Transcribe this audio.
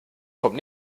kommt